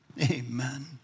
Amen